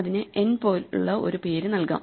അതിനെ n പോലുള്ള ഒരു പേര് നൽകാം